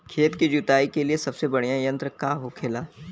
खेत की जुताई के लिए सबसे बढ़ियां यंत्र का होखेला?